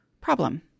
problem